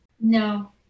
No